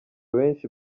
benshi